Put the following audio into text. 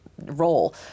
role